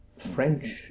French